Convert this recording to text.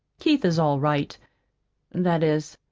keith is all right that is,